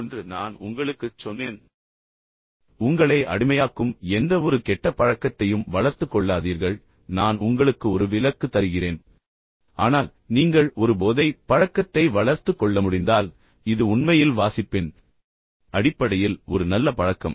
ஒன்று நான் உங்களுக்குச் சொன்னேன் உங்களை அடிமையாக்கும் எந்தவொரு கெட்ட பழக்கத்தையும் வளர்த்துக் கொள்ளாதீர்கள் நான் உங்களுக்கு ஒரு விலக்கு தருகிறேன் ஆனால் நீங்கள் ஒரு போதை பழக்கத்தை வளர்த்துக் கொள்ள முடிந்தால் இது உண்மையில் வாசிப்பின் அடிப்படையில் ஒரு நல்ல பழக்கம்